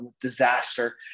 disaster